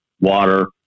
water